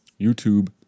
YouTube